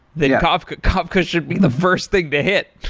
then kafka kafka should be the first thing to hit.